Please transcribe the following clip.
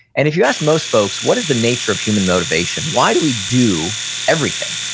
and if you ask most folks, what is the nature of human motivation? why do we do everything?